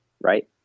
right